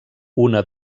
una